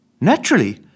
Naturally